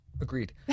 Agreed